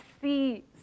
see